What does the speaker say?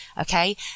okay